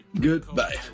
Goodbye